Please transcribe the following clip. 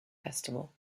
festival